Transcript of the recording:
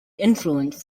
influenced